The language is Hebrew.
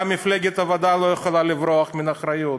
גם מפלגת העבודה לא יכולה לברוח מאחריות.